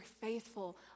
faithful